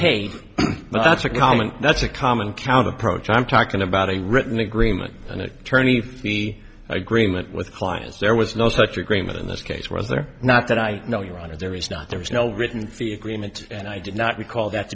common that's a common count approach i'm talking about a written agreement an attorney for me agreement with clients there was no such agreement in this case was there not that i know your honor there is not there is no written fee agreement and i did not recall that